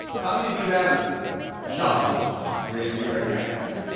how many of you have jobs? raise your hand.